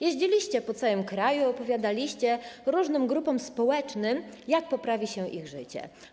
Jeździliście po całym kraju, opowiadaliście różnym grupom społecznym, jak poprawi się ich życie.